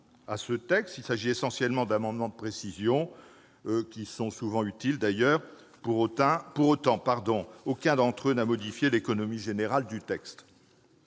Il s'agissait essentiellement d'apporter certaines précisions, souvent utiles d'ailleurs. Pour autant, aucun d'entre eux n'a modifié l'économie générale du texte.